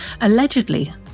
Allegedly